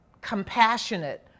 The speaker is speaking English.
compassionate